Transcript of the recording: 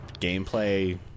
gameplay